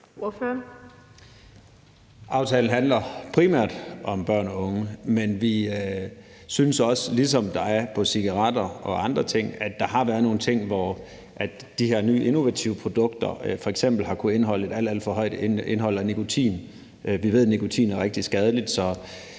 Aftalen handler primært om børn og unge, men vi synes også – ligesom der har været på cigaretter og andre ting – at der har været nogle ting, hvor de her nye, innovative produkter f.eks. har kunnet indeholde et alt, alt for højt indhold af nikotin. Vi ved, at nikotin er rigtig skadeligt, så